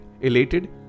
elated